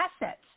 assets